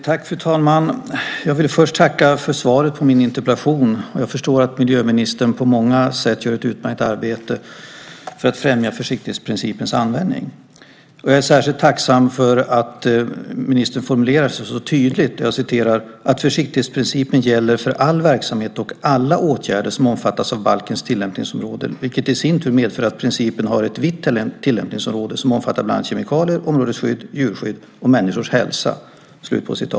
Fru talman! Jag vill först tacka för svaret på min interpellation. Jag förstår att miljöministern på många sätt gör ett utmärkt arbete för att främja försiktighetsprincipens användning. Jag är särskilt tacksam för att ministern formulerar sig så tydligt och säger "att försiktighetsprincipen gäller för all verksamhet och alla åtgärder som omfattas av balkens tillämpningsområden, vilket i sin tur medför att principen har ett vitt tillämpningsområde som omfattar bland annat kemikalier, områdesskydd, djurskydd och människors hälsa".